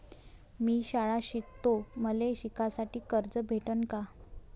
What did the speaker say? मी शाळा शिकतो, मले शिकासाठी कर्ज भेटन का?